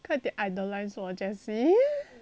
快点 idolise 我 jessie